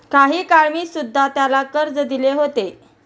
काही काळ मी सुध्धा त्याला कर्ज दिले होते